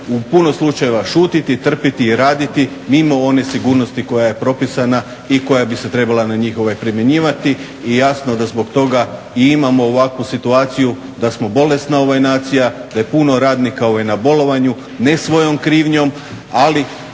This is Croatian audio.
u puno slučajeva šutiti, tripiti, raditi mimo one sigurnosti koja je propisana i koja bi se trebala na njih primjenjivati i jasno da zbog toga i imamo ovakvu situaciju da smo bolesna nacija, da je puno radnika na bolovanju ne svojom krivnjom ali